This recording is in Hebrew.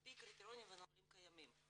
על פי קריטריונים ונהלים קיימים.